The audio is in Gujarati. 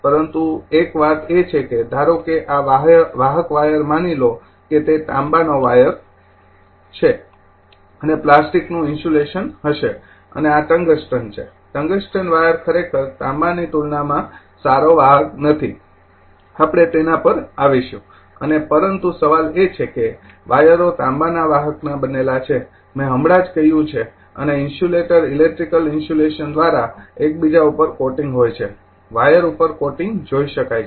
પરંતુ એક વાત એ છે કે ધારો કે આ વાહક વાયર માની લો કે તે તાંબાનો વાયર છે અને પ્લાસ્ટિકનું ઇન્સ્યુલેશન હશે અને આ ટંગસ્ટન છે ટંગસ્ટન વાયર ખરેખર તાંબાની તુલનામાં સારો વાહક નથી આપડે તેના પર આવશુ અને પરંતુ સવાલ એ છે કે વાયરો તાંબાના વાહકના બનેલા છે મેં હમણાં જ કહ્યું છે અને ઇન્સુલેટર ઇલેક્ટ્રિકલ ઇન્સ્યુલેશન દ્વારા એક બીજા ઉપર કોટિંગ હોય છે વાયર ઉપર કોટિંગ જોઇ શકાય છે